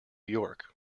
york